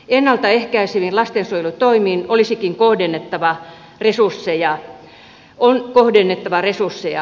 ennalta ehkäiseviin lastensuojelutoimiin on kohdennettava resursseja